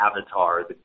avatar